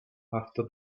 after